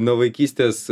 nuo vaikystės